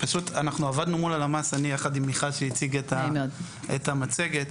אנחנו עבדנו יחד עם הלמ"ס יחד עם מיכל שהציגה את המצגת,